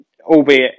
Albeit